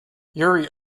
yuri